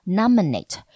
nominate